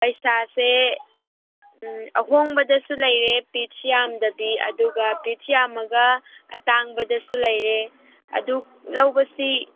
ꯄꯩꯁꯥꯁꯦ ꯑꯍꯣꯡꯕꯗꯁꯨ ꯂꯩꯔꯦ ꯄꯤꯁ ꯌꯥꯝꯗꯕꯤ ꯑꯗꯨꯒ ꯄꯤꯁ ꯌꯥꯝꯃꯒ ꯑꯇꯥꯡꯕꯗꯁꯨ ꯂꯩꯔꯦ ꯑꯗꯨ ꯂꯧꯕꯁꯤ